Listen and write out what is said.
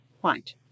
white